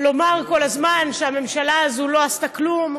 לומר כל הזמן שהממשלה הזאת לא עשתה כלום.